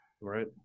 Right